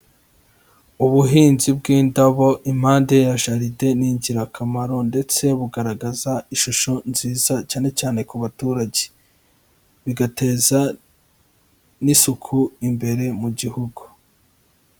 Ubuhinzi bw'indabo impande ya jaride ni ingirakamaro ndetse bugaragaza ishusho nziza cyane cyane ku baturage, bigateza n'isuku imbere mu gihugu.